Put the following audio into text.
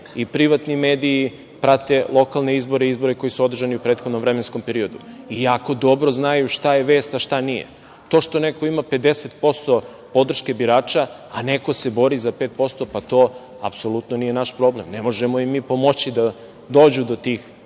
I privatni mediji prate lokalne izbore i izbore koji su održani u prethodnom vremenskom periodu. I jako dobro znaju šta je vest, a šta nije. To što neko ima 50% podrške birača, a neko se bori za 5%, to apsolutno nije naš problem. Ne možemo im mi pomoći da dođu do tih